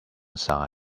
side